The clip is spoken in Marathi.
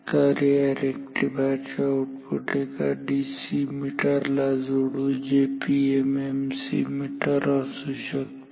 तर या रेक्टिफायर चे आउटपुट एका डीसी मीटर ला जोडू जे पीएमएमसी मीटर असू शकते